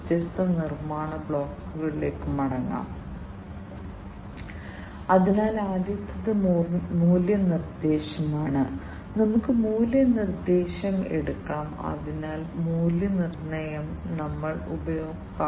ഉയർന്ന പ്രവർത്തനക്ഷമതയുള്ളതിനാൽ ഈ സെൻസറുകൾ നിർവ്വഹിക്കേണ്ട അങ്ങേയറ്റത്തെ സാഹചര്യങ്ങളിൽ മെഷീൻ ഉപയോഗത്തിന്റെ ദീർഘകാലത്തേക്ക് ഈ സെൻസറുകൾ പ്രവർത്തിക്കേണ്ടിവരും